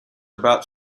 about